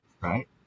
Right